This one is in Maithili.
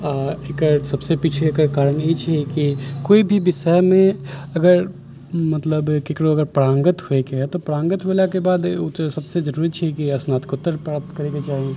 आ एकर सभसँ पीछे एकर कारण ई छै कि कोइ भी विषयमे अगर मतलब ककरो अगर पारङ्गत होइके हइ तऽ पारङ्गत भेलाके बाद ओ तऽ सभसँ जरुरी छै कि स्नातकोत्तर प्राप्त करैके चाही